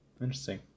interesting